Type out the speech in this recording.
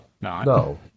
No